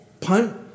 Punt